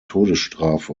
todesstrafe